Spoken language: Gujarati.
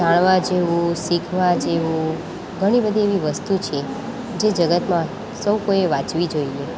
જાણવા જેવું શીખવા જેવું ઘણી બધી એવી વસ્તુ છે જે જગતમાં સૌ કોઈએ વાંચવી જોઈએ